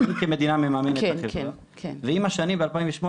אנחנו כמדינה מממנת את החברה ועם השנים ב-2008,